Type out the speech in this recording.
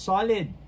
Solid